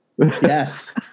Yes